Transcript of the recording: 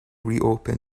reopen